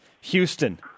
Houston